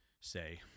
say